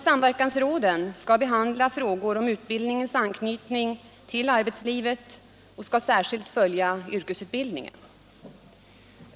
Samverkansråden skall behandla frågor om utbildningens anknytning till arbetslivet och skall särskilt följa yrkesutbildningen.